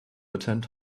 attend